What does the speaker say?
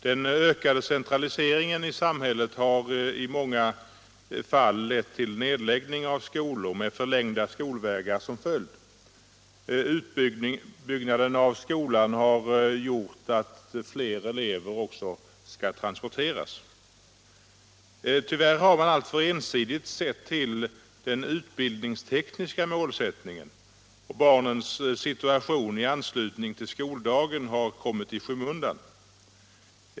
Den ökade centraliseringen i samhället har i många fall lett till nedläggning av skolor med förlängda skolvägar som följd. Utbyggnaden av skolan har också gjort att fler elever skall transporteras. Tyvärr har man alltför ensidigt sett till den utbildningstekniska målsättningen. Barnens situation i anslutning till skoldagen har kommit i skymundan.